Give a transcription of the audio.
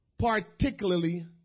particularly